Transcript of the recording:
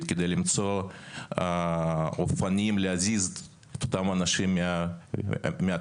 כדי למצוא אופנים להזיז את אותם אנשים מהתפקידים,